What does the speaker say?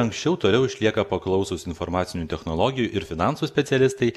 anksčiau toliau išlieka paklausūs informacinių technologijų ir finansų specialistai